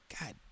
God